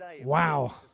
Wow